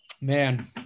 Man